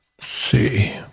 See